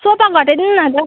sofa घटाइदिनु नि त अन्त